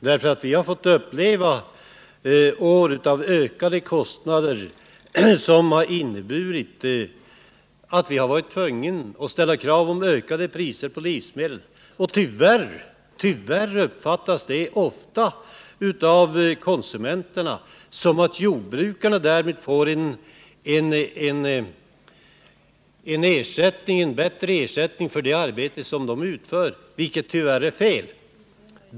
Vi har nämligen fått uppleva år av ökade kostnader som inneburit att vi har varit tvungna att ställa krav på ökade priser på livsmedel. Tyvärr uppfattas det ofta av konsumenterna som att jordbrukarna därvid får en bättre ersättning för det arbete de utför, vilket alltså är fel.